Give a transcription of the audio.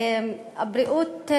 הבריאות,